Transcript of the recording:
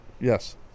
Yes